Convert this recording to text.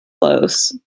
close